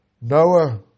Noah